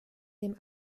dem